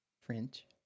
French